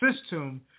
system